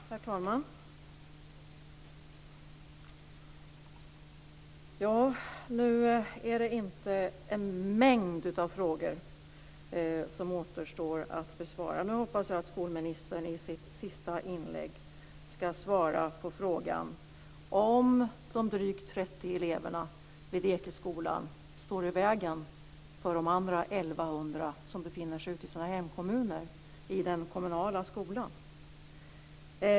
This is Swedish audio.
Herr talman! Nu är det inte en mängd frågor som återstår att bevara. Jag hoppas att skolministern i sitt avslutande inlägg ska svara på frågan om ifall de drygt 30 eleverna vid Ekeskolan står i vägen för de övriga 1 100 elever som befinner sig i sina hemkommuner i den kommunala skolan.